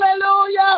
Hallelujah